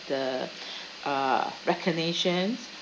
the uh recognition